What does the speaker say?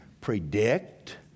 predict